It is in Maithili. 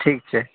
ठीक छै